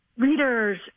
Readers